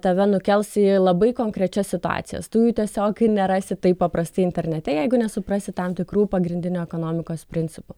tave nukels į labai konkrečias situacijas tu jų tiesiog nerasi taip paprastai internete jeigu nesuprasi tam tikrų pagrindinių ekonomikos principų